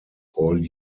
all